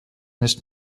nicht